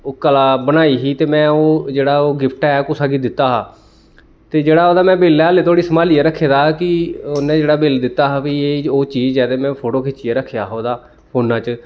ओह् कला बनाई ही ते में ओह् जेह्ड़ा ओह् गिफ्ट ऐ कुसै गी दित्ता हा ते जेह्ड़ा ओह्दा में बिल ऐ हल्ली धोड़ी सभांलियै रक्खे दा कि उ'न्नै जेह्ड़ा बिल दित्ता हा भाई एह् ओह् चीज ऐ ते में फोटो खिच्चियै रक्खेआ हा ओह्दा फोन्ना च